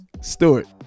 Stewart